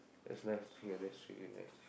that's nice to hear that's really nice